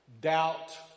doubt